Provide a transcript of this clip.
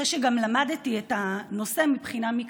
אחרי שגם למדתי את הנושא מבחינה מקצועית: